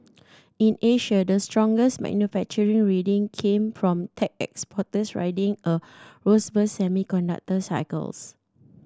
in Asia the strongest manufacturing reading came from tech exporters riding a robust semiconductor cycles